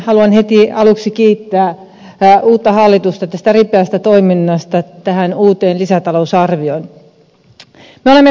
haluan heti aluksi kiittää uutta hallitusta ripeästä toiminnasta uuden lisätalousarvion suhteen